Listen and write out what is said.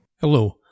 Hello